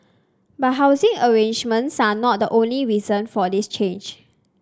but housing arrangements are not the only reason for this change